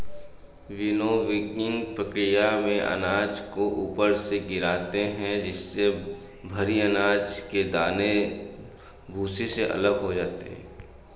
विनोविंगकी प्रकिया में अनाज को ऊपर से गिराते है जिससे भरी अनाज के दाने भूसे से अलग हो जाए